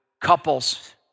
couples